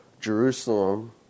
Jerusalem